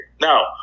Now